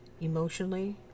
emotionally